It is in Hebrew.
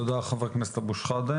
תודה, חבר הכנסת אבו שחאדה.